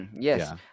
yes